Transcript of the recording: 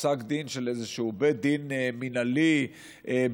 פסק דין של איזשהו בית דין מינהלי בירושלים,